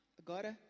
agora